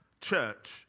church